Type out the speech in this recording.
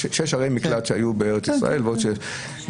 שהיו בארץ ישראל,